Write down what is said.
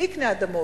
מי יקנה אדמות?